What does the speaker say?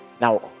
now